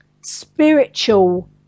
spiritual